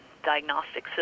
diagnostic